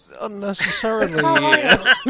unnecessarily